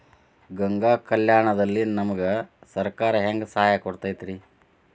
ಗಂಗಾ ಕಲ್ಯಾಣ ದಲ್ಲಿ ನಮಗೆ ಸರಕಾರ ಹೆಂಗ್ ಸಹಾಯ ಕೊಡುತೈತ್ರಿ?